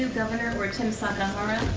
governor or tim sakahara,